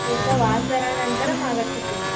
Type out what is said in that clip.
एकवासर अनन्तरम् आगच्छति